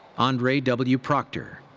andre w. proctor.